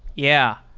yeah.